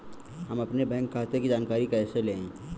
हम अपने बैंक खाते की जानकारी कैसे लें?